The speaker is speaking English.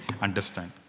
understand